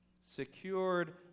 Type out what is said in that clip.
secured